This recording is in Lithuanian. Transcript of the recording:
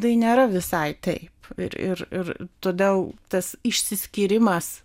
tai nėra visai taip ir ir ir todėl tas išsiskyrimas